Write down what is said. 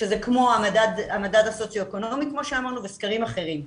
כמו המדד הסוציו-אקונומי וסקרים אחרים.